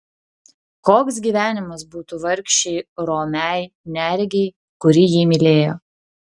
koks gyvenimas būtų vargšei romiai neregei kuri jį mylėjo